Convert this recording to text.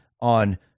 on